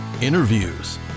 interviews